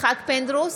יצחק פינדרוס,